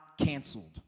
canceled